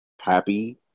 happy